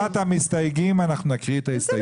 לבקשת המסתייגים אנחנו נקריא את ההסתייגויות.